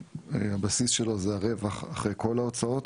שהבסיס שלו זה הרווח אחרי כל ההוצאות,